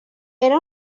era